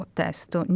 testo